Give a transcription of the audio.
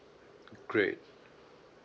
great